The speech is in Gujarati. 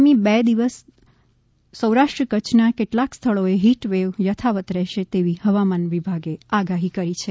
આગામી બે દિવસ સૌરાષ્ટ્ર કચ્છના કેટલાક સ્થળોએ ફીટ વેવ યથાવત રહેશે તેવી હવામાન વિભાગે આગાહી કરી છે